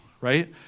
right